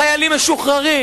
חיילים משוחררים,